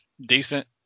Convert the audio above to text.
decent